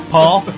Paul